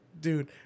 Dude